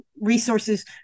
resources